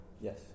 yes